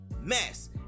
mess